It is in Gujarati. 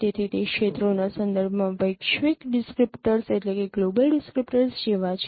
તેથી તે ક્ષેત્રોના સંદર્ભ માં વૈશ્વિક ડિસ્ક્રીપ્ટર્સ જેવા છે